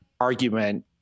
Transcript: argument